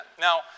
Now